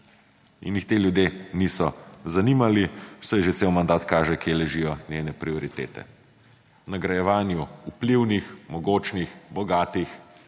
in jih teh ljudje niso zanimali, saj že cel mandat kaže kje ležijo njene prioritete. V nagrajevanju vplivnih, mogočnih, bogatih